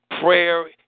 prayer